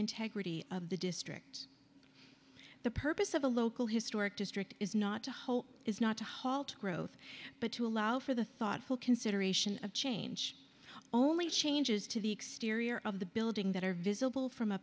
integrity of the district the purpose of the local historic district is not to hold is not to halt growth but to allow for the thoughtful consideration of change only changes to the exterior of the building that are visible from a